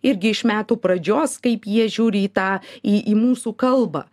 irgi iš metų pradžios kaip jie žiūri į tą į į mūsų kalbą